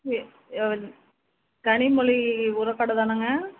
கனிமொழி உரக்கடை தானேங்க